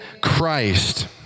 Christ